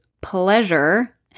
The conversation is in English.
pleasure